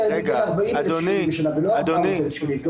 זה היה מגיע ל-40,000 שקלים בשנה ולא 400,000 שקלים.